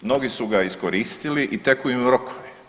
Mnogi su ga iskoristili i teku im rokovi.